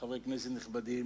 חברי כנסת נכבדים,